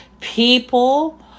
People